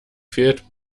fehlt